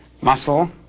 muscle